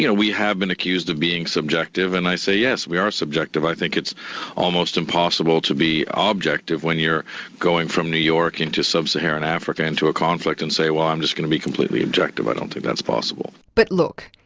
you know we have been accused of being subjective and i say, yes, we are subjective. i think it is almost impossible to be ah objective when you're going from new york into sub-saharan africa into a conflict and say, well, i'm just going to be completely objective. i don't think that's possible. but look,